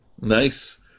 Nice